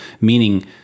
Meaning